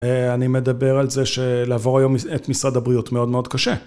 אני מדבר על זה שלעבור היום את משרד הבריאות מאוד מאוד קשה.